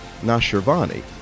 Nashirvani